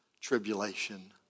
tribulation